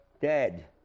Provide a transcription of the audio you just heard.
dead